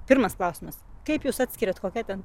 pirmas klausimas kaip jūs atskiriat kokia ten